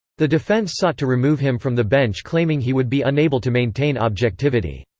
the defense sought to remove him from the bench claiming he would be unable to maintain objectivity.